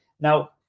Now